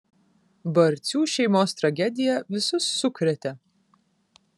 barcių šeimos tragedija visus sukrėtė